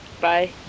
bye